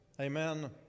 amen